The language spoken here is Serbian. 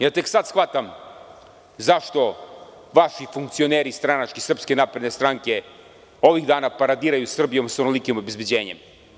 Ja tek sad shvatam zašto vaši funkcioneri, stranački, SNS-a ovih dana paradiraju Srbijom sa onolikim obezbeđenjem.